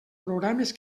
programes